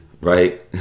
right